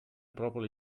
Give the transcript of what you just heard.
properly